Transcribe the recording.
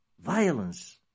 violence